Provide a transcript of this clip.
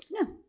No